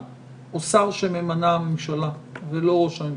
או שר שממנה הממשלה ולא ראש הממשלה,